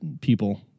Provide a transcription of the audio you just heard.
people